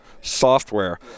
software